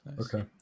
Okay